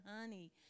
honey